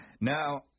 Now